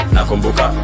Nakumbuka